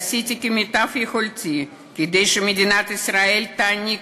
עשיתי כמיטב יכולתי כדי שמדינת ישראל תעניק